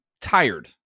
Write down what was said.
tired